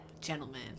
gentlemen